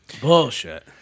Bullshit